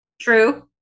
True